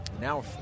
Now